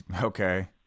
okay